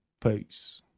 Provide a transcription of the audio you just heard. Peace